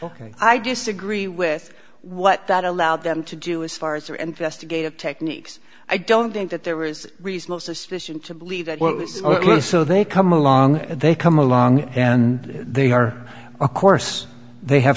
ok i disagree with what that allowed them to do is far as their investigative techniques i don't think that there is reasonable suspicion to believe that what was it was so they come along and they come along and they are of course they have